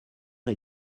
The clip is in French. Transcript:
est